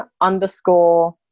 underscore